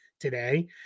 today